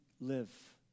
live